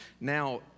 now